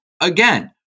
Again